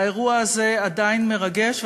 האירוע הזה עדיין מרגש,